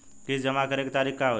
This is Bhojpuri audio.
किस्त जमा करे के तारीख का होई?